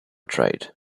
trade